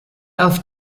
auf